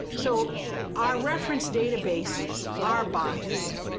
so our reference databases are biased.